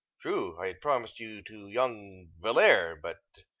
true, i had promised you to young valere but,